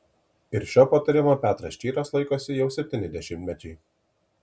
ir šio patarimo petras čyras laikosi jau septyni dešimtmečiai